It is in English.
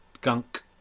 gunk